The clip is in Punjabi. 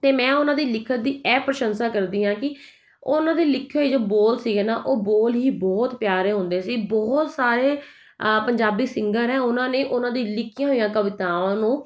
ਅਤੇ ਮੈਂ ਉਹਨਾਂ ਦੀ ਲਿਖਤ ਦੀ ਇਹ ਪ੍ਰਸ਼ੰਸਾ ਕਰਦੀ ਹਾਂ ਕਿ ਉਹਨਾਂ ਦੇ ਲਿਖੇ ਜੋ ਬੋਲ ਸੀਗੇ ਨਾ ਉਹ ਬੋਲ ਹੀ ਬਹੁਤ ਪਿਆਰੇ ਹੁੰਦੇ ਸੀ ਬਹੁਤ ਸਾਰੇ ਪੰਜਾਬੀ ਸਿੰਗਰ ਹੈ ਉਹਨਾਂ ਨੇ ਉਹਨਾਂ ਦੀ ਲਿਖੀਆਂ ਹੋਈਆਂ ਕਵਿਤਾਵਾਂ ਨੂੰ